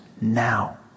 now